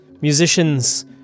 musicians